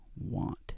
want